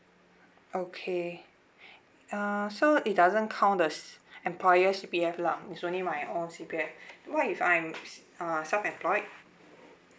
okay uh so it doesn't count the employer C_P_F lah it's only my own C_P_F what if I'm s~ uh self-employed